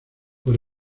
por